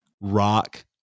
Rock